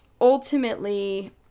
ultimately